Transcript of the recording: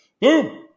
Boom